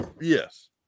yes